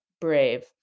Brave